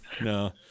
no